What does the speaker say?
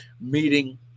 meeting